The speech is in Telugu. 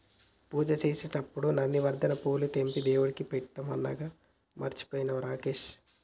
పూజ చేసేటప్పుడు నందివర్ధనం పూలు తెంపి దేవుడికి పెట్టమన్నానుగా మర్చిపోయినవా రాకేష్